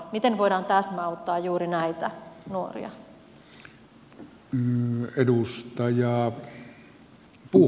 miten voidaan täsmäauttaa juuri näitä nuoria